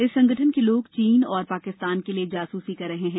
इस संगठन के लोग चीन और पाकिस्तान के लिए जासूसी कर रहे हैं